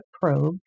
probe